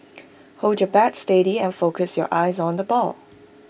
hold your bat steady and focus your eyes on the ball